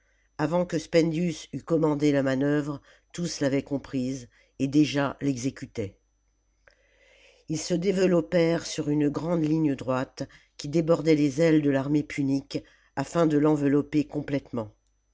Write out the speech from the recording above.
avant que spendius eût commandé la manœuvre tous l'avaient comprise et déjà l'exécutaient ils se développèrent sur une grande ligne droite qui débordait les ailes de l'armée punique afin de l'envelopper complètement